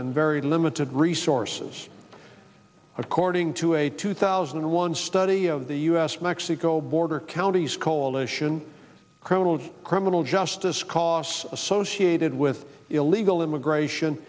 and very limited resources according to a two thousand and one study of the us mexico border counties coalition criminal and criminal justice costs associated with illegal immigration